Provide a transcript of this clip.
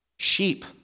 Sheep